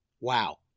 Wow